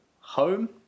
home